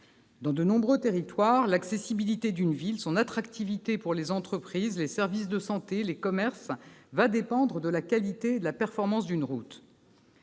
Dans de nombreux territoires, l'accessibilité d'une ville, son attractivité pour les entreprises, les services de santé, les commerces va dépendre de la qualité et de la performance d'une route.